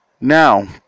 Now